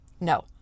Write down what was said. No